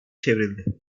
çevrildi